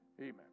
amen